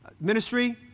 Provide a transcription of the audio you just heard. ministry